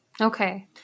Okay